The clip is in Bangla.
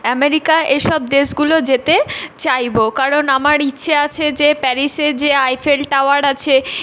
অ্যামেরিকা এইসব দেশগুলো যেতে চাইব কারণ আমার ইচ্ছে আছে যে প্যারিসের যে আইফেল টাওয়ার আছে